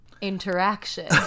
interaction